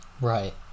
Right